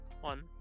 one